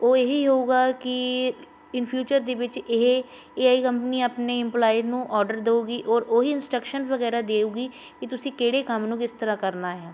ਉਹ ਇਹੀ ਹੋਊਗਾ ਕਿ ਇਨ ਫਿਊਚਰ ਦੇ ਵਿੱਚ ਇਹ ਏ ਆਈ ਕੰਪਨੀ ਆਪਣੇ ਇੰਮਪੋਲਾਏ ਨੂੰ ਔਡਰ ਦਊਗੀ ਔਰ ਉਹੀ ਇੰਸਟਰਕਸ਼ਨ ਵਗੈਰਾ ਦੇਊਗੀ ਕਿ ਤੁਸੀਂ ਕਿਹੜੇ ਕੰਮ ਨੂੰ ਕਿਸ ਤਰ੍ਹਾਂ ਕਰਨਾ ਹੈ